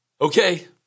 okay